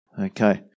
Okay